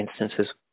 instances